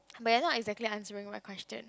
but you are not exactly answering my question